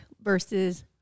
versus